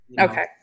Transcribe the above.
Okay